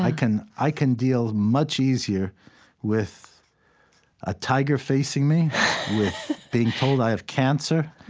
i can i can deal much easier with a tiger facing me, with being told i have cancer,